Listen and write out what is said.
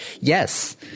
Yes